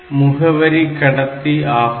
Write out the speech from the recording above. முதல் கடத்தியானது முகவரி கடத்தி ஆகும்